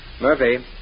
Murphy